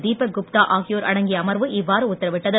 தீபக் குப்தா ஆகியோர் அடங்கிய அமர்வு இவ்வாறு உத்தரவிட்டது